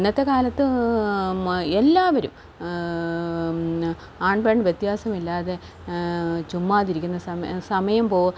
ഇന്നത്തെ കാലത്ത് എല്ലാവരും ആൺ പെൺ വ്യത്യാസമില്ലാതെ ചുമ്മാതിരിക്കുന്ന സമയം സമയം